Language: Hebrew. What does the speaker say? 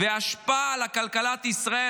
וההשפעה על כלכלת ישראל,